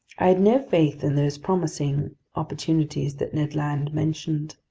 i had no faith in those promising opportunities that ned land mentioned.